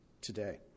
today